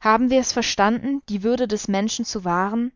haben wir es verstanden die würde des menschen zu wahren